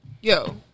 yo